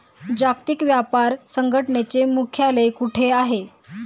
जागतिक व्यापार संघटनेचे मुख्यालय कुठे आहे?